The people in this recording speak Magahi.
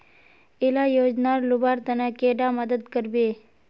इला योजनार लुबार तने कैडा मदद करबे?